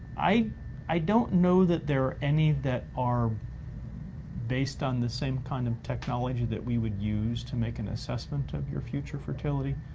i i don't know that there are any that are based on the same kind of technology that we would use to make an assessment of your future fertility.